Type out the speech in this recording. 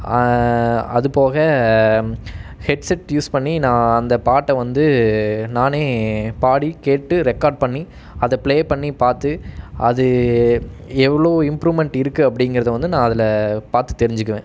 அது போக headset use பண்ணி நான் அந்த பாட்டை வந்து நானே பாடி கேட்டு ரெக்கார்ட் பண்ணி அதை பிளே பண்ணி பார்த்து அது எவ்வளோ இம்ப்ரூவ்மெண்ட் இருக்குது அப்படிங்கிறத வந்து நான் அதில் பார்த்து தெரிஞ்சுக்குவேன்